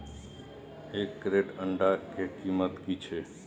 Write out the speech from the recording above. एक क्रेट अंडा के कीमत की छै?